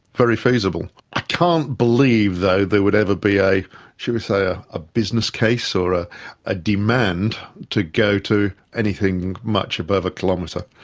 very feasible. i can't believe though there would ever be, shall we say, ah a business case or ah a demand to go to anything much above a kilometre.